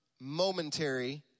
momentary